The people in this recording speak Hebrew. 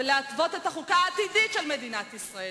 ולהתוות את החוקה העתידית של מדינת ישראל.